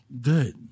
good